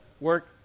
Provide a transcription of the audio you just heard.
work